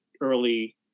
early